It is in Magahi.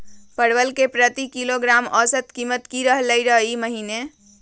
परवल के प्रति किलोग्राम औसत कीमत की रहलई र ई महीने?